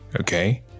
okay